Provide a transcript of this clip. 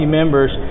members